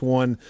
one